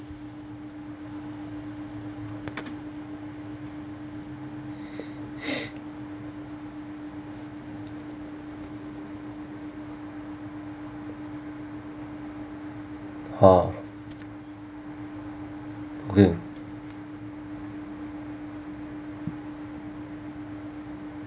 ah okay